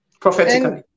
Prophetically